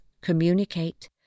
communicate